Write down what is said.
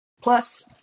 Plus